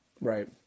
Right